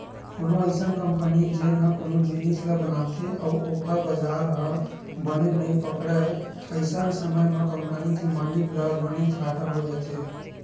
कोनो अइसन कंपनी जेन ह कोनो जिनिस ल बनाथे अउ ओखर बजार ह बने नइ पकड़य अइसन समे म कंपनी के मालिक ल बनेच घाटा हो जाथे